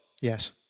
Yes